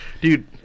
dude